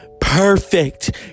perfect